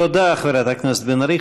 תודה, חברת הכנסת בן ארי.